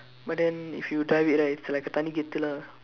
but then if you drive it right it's like a தனி கெத்து:thani keththu lah